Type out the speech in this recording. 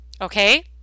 Okay